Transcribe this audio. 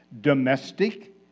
Domestic